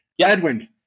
Edwin